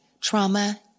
trauma